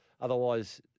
Otherwise